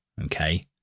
okay